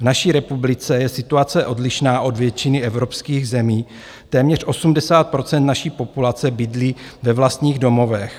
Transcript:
V naší republice je situace odlišná od většiny evropských zemí, téměř 80 % naší populace bydlí ve vlastních domovech.